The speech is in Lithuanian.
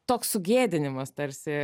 toks sugėdinimas tarsi